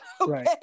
okay